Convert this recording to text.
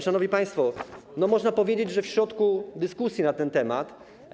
Szanowni państwo, można powiedzieć, że w środku dyskusji na ten temat.